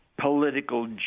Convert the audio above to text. political